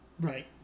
Right